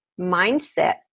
mindset